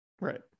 Right